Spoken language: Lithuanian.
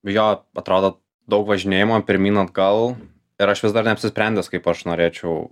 jo atrodo daug važinėjimo pirmyn atgal ir aš vis dar neapsisprendęs kaip aš norėčiau